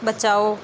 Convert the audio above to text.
बचाओ